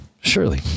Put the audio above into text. surely